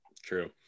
true